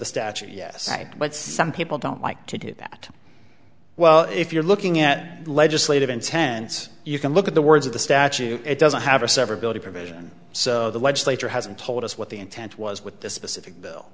the statute yes but some people don't like to do that well if you're looking at legislative intense you can look at the words of the statute it doesn't have a severability provision so the legislature hasn't told us what the intent was with the specific bill